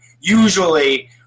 usually